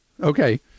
Okay